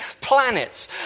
planets